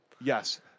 yes